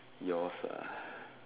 yours ah